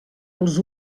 els